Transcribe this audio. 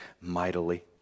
mightily